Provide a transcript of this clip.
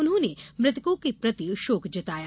उन्होंने मृतकों के प्रति शोक जताया